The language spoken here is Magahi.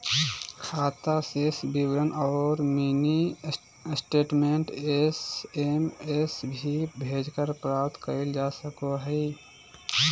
खाता शेष विवरण औरो मिनी स्टेटमेंट एस.एम.एस भी भेजकर प्राप्त कइल जा सको हइ